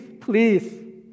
please